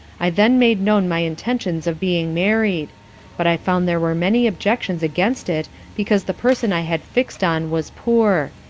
i then made known my intentions of being married but i found there were many objections against it because the person i had fixed on was poor.